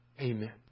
Amen